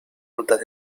rutas